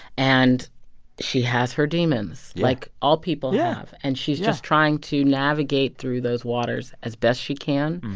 and she has her demons, like all people have. and she's just trying to navigate through those waters as best she can,